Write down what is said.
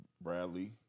Bradley